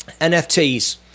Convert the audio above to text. NFTs